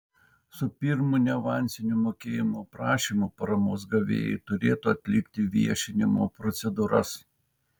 su pirmu neavansiniu mokėjimo prašymu paramos gavėjai turi atlikti viešinimo procedūras